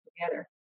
together